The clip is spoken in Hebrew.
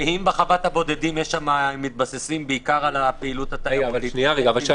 ואם בחוות הבודדים מתבססים בעיקר על הפעילות התיירותית?